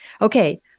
Okay